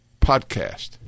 podcast